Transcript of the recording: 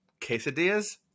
quesadillas